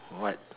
what